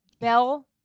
Bell